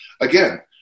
again